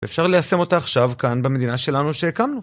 אפשר ליישם אותה עכשיו כאן במדינה שלנו שהקמנו.